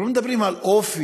אנחנו לא מדברים על אופי.